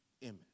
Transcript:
image